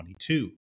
22